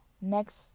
Next